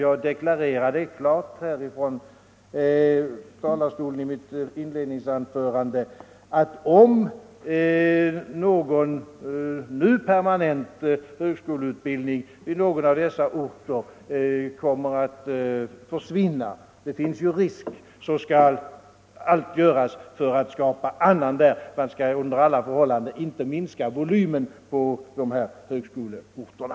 Jag deklarerade klart här från talarstolen i mitt inledningsanförande att om någon nu permanent högskoleutbildning i någon av dessa orter kommer att försvinna — det finns ju risk för det — skall allt göras för att skapa annan undervisning där. Man skall under alla förhållanden inte minska volymen på högskoleorterna.